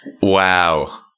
wow